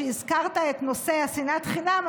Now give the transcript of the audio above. שהזכרת את נושא שנאת החינם,